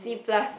B plus